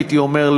הייתי אומר,